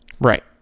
Right